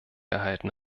erhalten